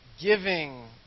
giving